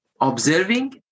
observing